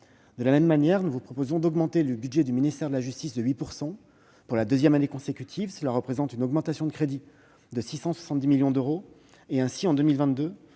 De la même manière, nous vous proposons d'augmenter le budget du ministère de la justice de 8 % pour la deuxième année consécutive, soit une augmentation de crédits de 670 millions d'euros. Ainsi, en 2022,